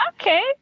Okay